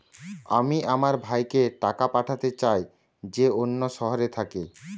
আমি আমার ভাইকে টাকা পাঠাতে চাই যে অন্য শহরে থাকে